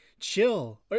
Chill